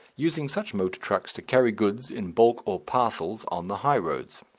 using such motor trucks to carry goods in bulk or parcels on the high roads.